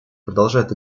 продолжает